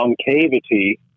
concavity